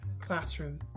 classroom